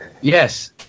Yes